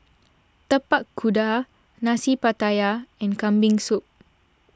Tapak Kuda Nasi Pattaya and Kambing Soup